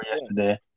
yesterday